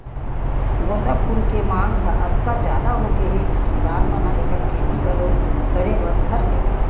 गोंदा फूल के मांग ह अतका जादा होगे हे कि किसान मन ह एखर खेती घलो करे बर धर ले हे